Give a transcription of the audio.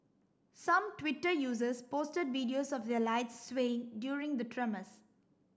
some Twitter users posted videos of their lights swaying during the tremors